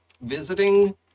visiting